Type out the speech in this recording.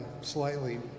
slightly